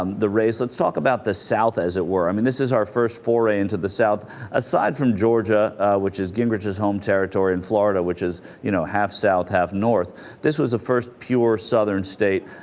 um the race let's talk about the south as it were i mean this is our first foray into the south aside from georgia which is gingrich's home territory in florida which is you know have self have north this was the first pure southern state